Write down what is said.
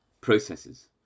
processes